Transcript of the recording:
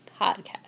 Podcast